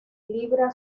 libra